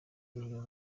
niyo